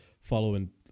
following